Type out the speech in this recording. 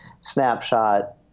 snapshot